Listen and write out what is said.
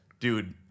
Dude